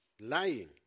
Lying